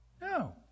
No